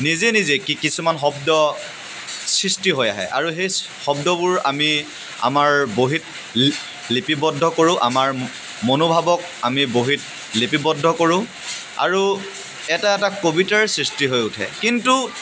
নিজে নিজে কি কিছুমান শব্দ সৃষ্টি হৈ আহে আৰু সেই শব্দবোৰ আমি আমাৰ বহীত লি লিপিবদ্ধ কৰোঁ আমাৰ মনোভাৱক আমি বহীত লিপিবদ্ধ কৰোঁ আৰু এটা এটা কবিতাৰ সৃষ্টি হৈ উঠে কিন্তু